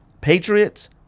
Patriots